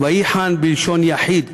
"ויחן" בלשון יחיד,